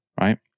right